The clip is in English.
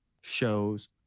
shows